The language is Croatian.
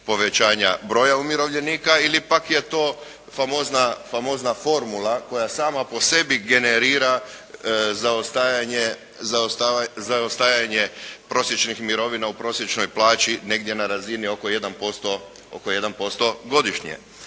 povećanja broja umirovljenika ili pak je to famozna formula koja sama po sebi generira zaostajanje prosječnih mirovina u prosječnoj plaći negdje na razini oko 1% godišnje.